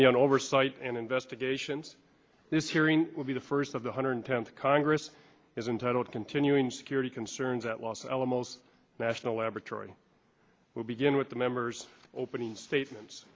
beyond oversight and investigations this hearing will be the first of the hundred tenth congress is entitled continuing security concerns at los alamos national laboratory will begin with the members opening statements